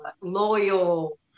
loyal